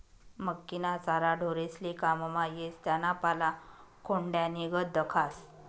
मक्कीना चारा ढोरेस्ले काममा येस त्याना पाला खोंड्यानीगत दखास